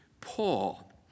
Paul